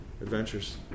adventures